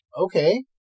Okay